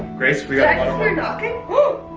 grace, we knocking?